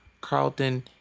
Carlton